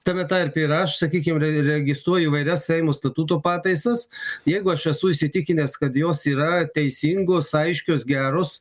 tame tarpe ir aš sakykim re registruoju įvairias seimo statuto pataisas jeigu aš esu įsitikinęs kad jos yra teisingos aiškios geros